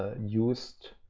ah used